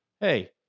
Hey